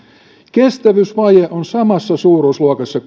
kestävyysvaje on samassa suuruusluokassa